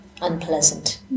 unpleasant